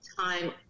time